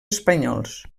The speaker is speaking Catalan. espanyols